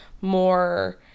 more